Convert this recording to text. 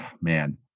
man